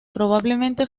probablemente